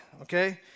Okay